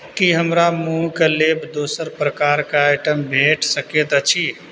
की हमरा मूँहके लेप दोसर प्रकारके आइटम भेट सकैत अछि